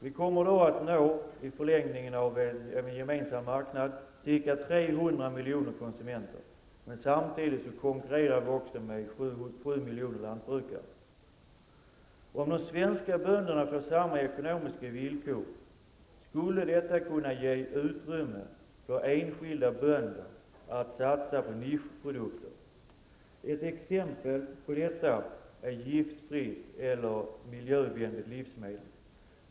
I en gemensam marknad kommer vi i förlängningen att nå ca 300 miljoner konsumenter, men samtidigt konkurrerar vi också med 7 miljoner lantbrukare. Om de svenska bönderna får samma ekonomiska villkor som dessa, skulle detta kunna ge utrymme för enskilda bönder att satsa på nischprodukter. Ett exempel på detta är giftfria eller miljövänliga livsmedel.